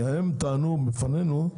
כי הם טענו לפנינו,